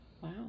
Wow